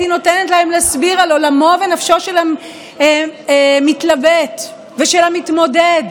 היא נותנת להם להסביר על עולמו ונפשו של המתלבט ושל המתמודד,